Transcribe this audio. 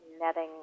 netting